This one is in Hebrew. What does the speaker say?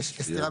שתיים,